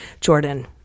Jordan